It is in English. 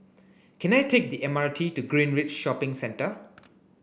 can I take the M R T to Greenridge Shopping Centre